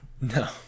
no